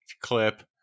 clip